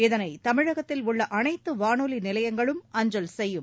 இதனை தமிழகத்தில் உள்ள அனைத்து வானொலி நிலையங்களும் அஞ்சல் செய்யும்